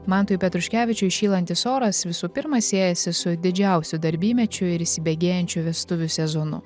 mantui petruškevičiui šylantis oras visų pirma siejasi su didžiausiu darbymečiu ir įsibėgėjančiu vestuvių sezonu